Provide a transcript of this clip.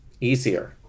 easier